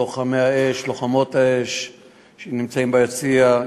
לוחמי האש ולוחמות האש שנמצאים ביציע,